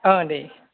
दे